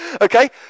okay